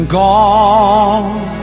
gone